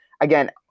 again